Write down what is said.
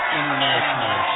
International